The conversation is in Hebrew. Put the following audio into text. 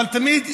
אבל תמיד ידעו,